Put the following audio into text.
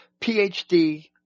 PhD